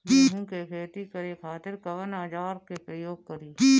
गेहूं के खेती करे खातिर कवन औजार के प्रयोग करी?